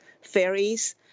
ferries